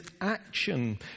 action